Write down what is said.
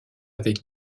avec